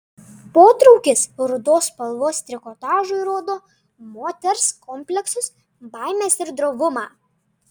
potraukis rudos spalvos trikotažui rodo moters kompleksus baimes ir drovumą